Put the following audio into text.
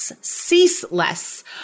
ceaseless